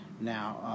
Now